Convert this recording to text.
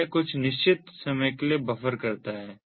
यह कुछ निश्चित समय के लिए बफ़र करता है